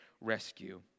rescue